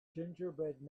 gingerbread